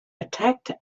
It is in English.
attacked